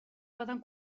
poden